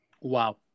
Wow